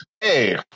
hey